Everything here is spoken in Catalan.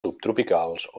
subtropicals